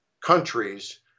countries